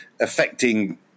affecting